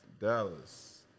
Dallas